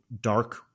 dark